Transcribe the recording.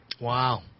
Wow